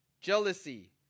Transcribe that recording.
jealousy